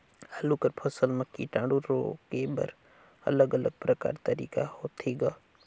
आलू कर फसल म कीटाणु रोके बर अलग अलग प्रकार तरीका होथे ग?